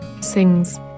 sings